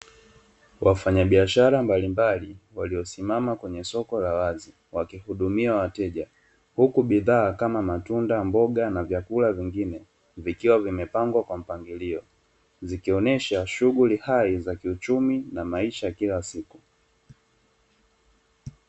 Wafanyabiashara mbalimbali wakisimama kwenye duka la wazi wakihidumia wateja huku bidhaa kama chakula, mboga na bidhaa nyingine, zikiwa zimepangwa kimpangilio zikionesha shighuli hai za kiuchumi na maisha ya kila siku.